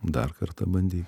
dar kartą bandy